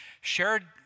shared